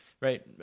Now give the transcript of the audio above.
right